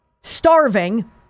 starving